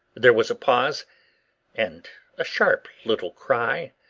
there was a pause and a sharp little cry,